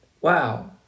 Wow